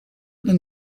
them